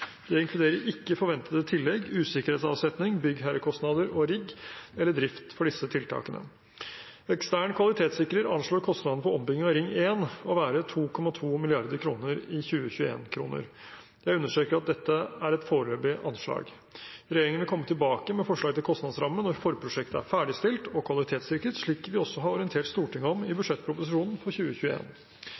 Det inkluderer ikke forventede tillegg, usikkerhetsavsetning, byggherrekostnader og rigg eller drift for disse tiltakene. Ekstern kvalitetssikrer anslår kostnadene for ombygging av Ring 1 til å være 2,2 mrd. kr i 2021-kroner. Jeg understreker at dette er et foreløpig anslag. Regjeringen vil komme tilbake med forslag til kostnadsramme når forprosjektet er ferdigstilt og kvalitetssikret, slik vi også har orientert Stortinget om i budsjettproposisjonen for